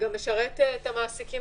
התקופה הזאת גם תשרת את המעסיקים.